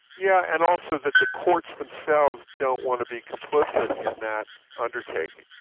yeah and also that the courts themselves don't want to be complicit in that undertaking.